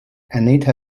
anita